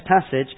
passage